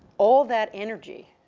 all that energy